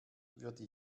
würde